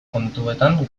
kontuetan